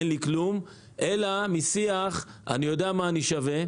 אין לי כלום" ועברו לשיח של "אני יודע מה אני שווה,